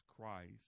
Christ